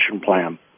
plan